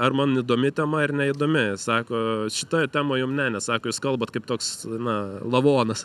ar man įdomi tema ar neįdomi sako šita tema jum ne nes sako jūs kalbat kaip toks na lavonas